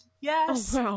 Yes